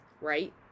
right